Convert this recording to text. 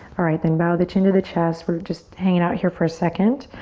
alright, then bow the chin to the chest. we're just hanging out here for a second.